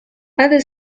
other